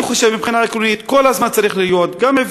אני חושב שמבחינה עקרונית כל הזמן צריך גם בעברית,